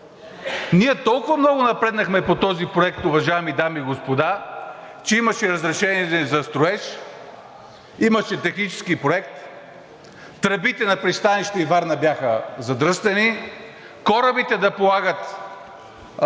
Ние толкова много напреднахме по проекта, уважаеми дами и господа, че имаше разрешение за строеж, имаше технически проект. Тръбите на пристанище Варна бяха задръстени, корабите бяха тук